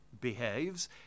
behaves